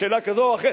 שאלה כזאת או אחרת,